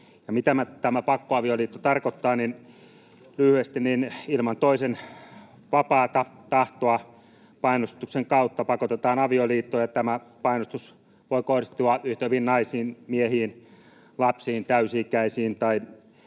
mitä tämä pakkoavioliitto tarkoittaa? Lyhyesti: ilman toisen vapaata tahtoa painostuksen kautta pakotetaan avioliittoon, ja tämä painostus voi kohdistua yhtä hyvin naisiin kuin miehiin, lapsiin kuin täysi-ikäisiin,